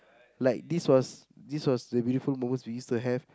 like this was this was the beautiful moments we used to have